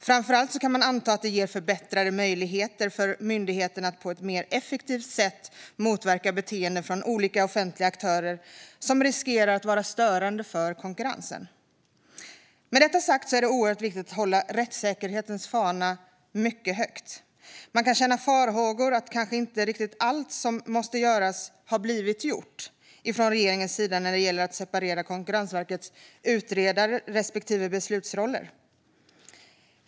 Framför allt kan man anta att det ger förbättrade möjligheter för myndigheten att på ett mer effektivt sätt motverka beteenden från olika offentliga aktörer som riskerar att vara störande för konkurrensen. Med detta sagt är det oerhört viktigt att hålla rättssäkerhetens fana mycket högt. Man kan ha farhågor om att kanske inte riktigt allt som måste göras har blivit gjort från regeringens sida när det gäller att separera Konkurrensverkets utredande respektive beslutande roll.